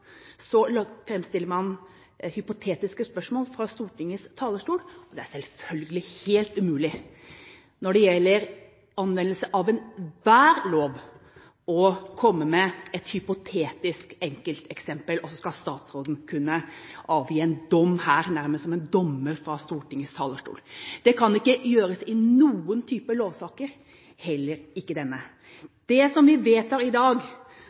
Så framsetter man hypotetiske spørsmål fra Stortingets talerstol. Det er selvfølgelig helt umulig – når det gjelder anvendelse av enhver lov – å komme med et hypotetisk enkelteksempel som så statsråden her skal kunne avgi en dom over, nærmest som en dommer fra Stortingets talerstol. Det kan ikke gjøres i noen type lovsaker – heller ikke denne. Det vi vedtar i dag,